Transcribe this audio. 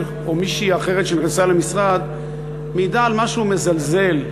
או מישהי אחרת שנכנסה למשרד מעידה על משהו מזלזל.